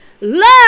love